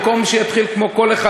במקום שיתחיל כמו כל אחד,